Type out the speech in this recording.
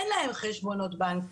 אין להם חשבונות בנק.